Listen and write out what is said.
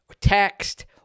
text